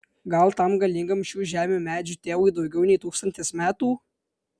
gal tam galingam šių žemių medžių tėvui daugiau nei tūkstantis metų